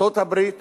ארצות-הברית